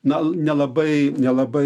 na nelabai nelabai